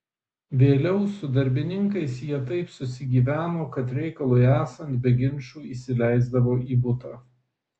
vėliau su darbininkais jie taip susigyveno kad reikalui esant be ginčų įsileisdavo į butą